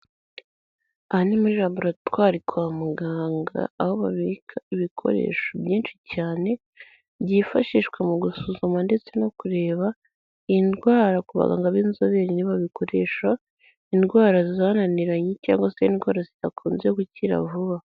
Aha muri laburatwari kwa muganga aho babika ibikoresho byinshi cyane byifashishwa mu gusuzuma ndetse no kureba indwara ku baganga b'inzobere ni bo babikoresha, indwara zananiranye cyangwa se indwara zidakunze gukira vuba.